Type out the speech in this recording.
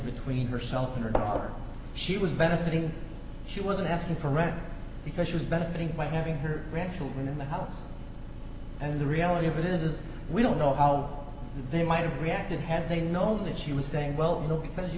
between herself and her daughter she was benefiting she wasn't asking for rent because she was benefiting by having her grandchildren in the house and the reality of it is we don't know how they might have reacted had they known that she was saying well you know because you